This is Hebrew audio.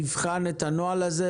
נבחן את הנוהל הזה,